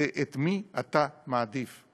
את מי אתה מעדיף,